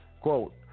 Quote